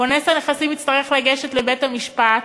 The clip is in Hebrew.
כונס הנכסים יצטרך לגשת לבית-המשפט